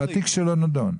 זה שהתיק שלו נדון.